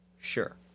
Sure